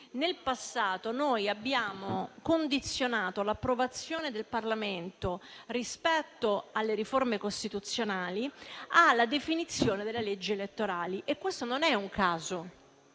Nel passato noi abbiamo condizionato l'approvazione da parte del Parlamento delle riforme costituzionali alla definizione delle leggi elettorali e questo non è un caso: